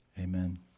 Amen